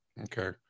Okay